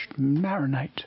marinate